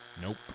Nope